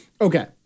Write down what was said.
Okay